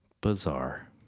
bizarre